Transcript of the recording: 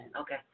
Okay